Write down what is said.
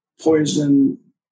poison